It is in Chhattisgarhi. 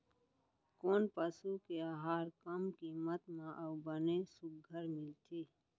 कोन पसु के आहार कम किम्मत म अऊ बने सुघ्घर मिलथे?